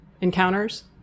encounters